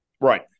Right